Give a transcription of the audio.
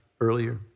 earlier